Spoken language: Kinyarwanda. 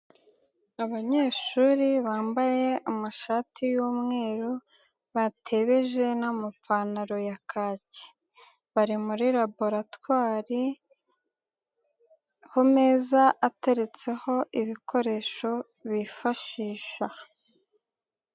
Abanyeshuri bambaye amashati y'umweru, batebeje n'amapantaro ya kaki. Bari muri laboratwari, ku meza ateretseho ibikoresho bifashisha.